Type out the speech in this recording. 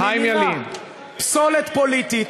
בזמנה,